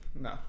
No